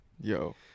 Yo